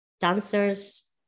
dancers